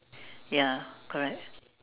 ya correct